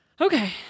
Okay